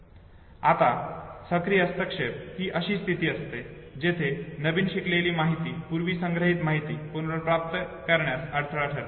आता सक्रिय हस्तक्षेप ही अशी स्थिती असते जेथे नवीन शिकलेली माहिती पूर्वी संग्रहित माहिती पुनर्प्राप्त करण्यास अडथळा ठरते